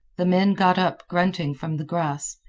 the men got up grunting from the grass,